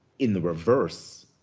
in the reverse,